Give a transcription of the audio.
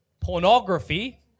pornography